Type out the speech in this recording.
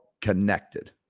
connected